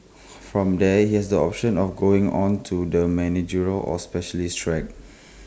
from there he has the option of going on to the managerial or specialist track